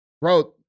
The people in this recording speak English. Bro